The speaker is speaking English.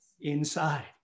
inside